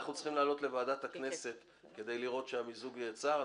עכשיו אנחנו צריכים לעלות לוועדת הכנסת כדי לראות שהמיזוג יאושר.